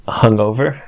hungover